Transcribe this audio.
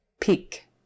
Peak